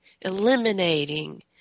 eliminating